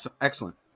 Excellent